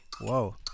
Whoa